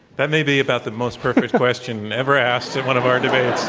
but may be about the most perfect question ever asked at one of our debates.